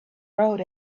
road